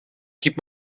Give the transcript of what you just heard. gib